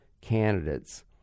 candidates